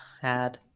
Sad